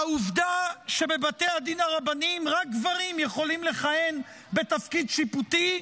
העובדה שבבתי הדין הרבניים רק גברים יכולים לכהן בתפקיד שיפוטי,